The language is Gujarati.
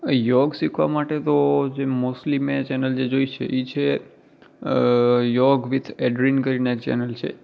યોગ શીખવા માટે તો જે મોસ્ટલી મેં ચૅનલ જોઈ છે એ છે યોગ વિથ ઍડરીન કરીને એક ચૅનલ છે